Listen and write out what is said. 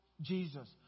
Jesus